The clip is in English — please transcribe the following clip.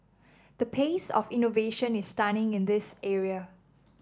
the pace of innovation is stunning in this area